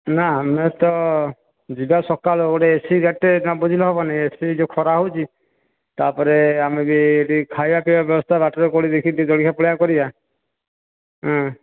ନା ଆମେ ତ ଯିବା ସକାଳୁ ଗୋଟିଏ ଏ ସି ଗାଡ଼ିଟେ ନ ବୁଝିଲେ ହେବନି ଏଠି ଯେଉଁ ଖରା ହେଉଛି ତାପରେ ଆମେ ବି ଏଠି ଖାଇବା ପିବା ବ୍ୟବସ୍ଥା ବାଟରେ କେଉଁଠି ଦେଖିକି ଜଳଖିଆ ଫଳଖିଆ କରିବା